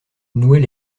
nouait